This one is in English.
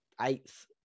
eighth